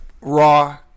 raw